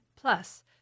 Plus